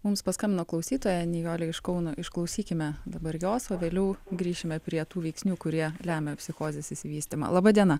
mums paskambino klausytoja nijolė iš kauno išklausykime dabar jos o vėliau grįšime prie tų veiksnių kurie lemia psichozės išsivystymą laba diena